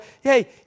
Hey